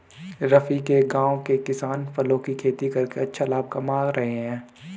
रफी के गांव के किसान फलों की खेती करके अच्छा लाभ कमा रहे हैं